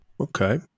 Okay